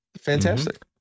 Fantastic